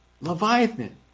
Leviathan